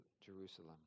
Jerusalem